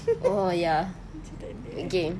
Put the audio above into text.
oh ya okay